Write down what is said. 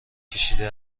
کشیده